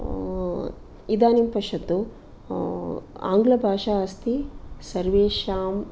इदानीं पश्यतु आङ्लभाषा अस्ति सर्वेषाम्